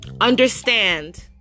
understand